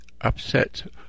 upset